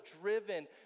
driven